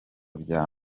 bya